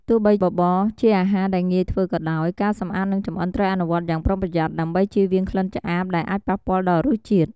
ទោះបីបបរជាអាហារដែលងាយធ្វើក៏ដោយ ការសម្អាត និងចម្អិនត្រូវអនុវត្តយ៉ាងប្រុងប្រយ័ត្ន ដើម្បីជៀសវាងក្លិនឆ្អាបដែលអាចប៉ះពាល់ដល់រសជាតិ។